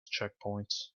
checkpoints